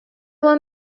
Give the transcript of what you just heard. were